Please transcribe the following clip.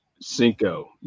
Cinco